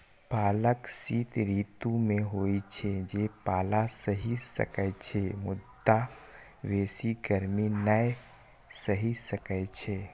पालक शीत ऋतु मे होइ छै, जे पाला सहि सकै छै, मुदा बेसी गर्मी नै सहि सकै छै